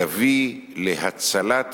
יביא להצלת